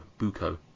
buko